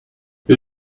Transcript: you